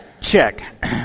Check